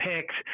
picks